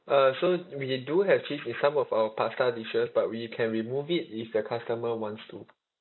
uh so we do have cheese in some of our pasta dishes but we can remove it if the customer wants to